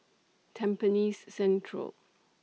Tampines Central